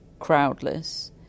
crowdless